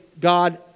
God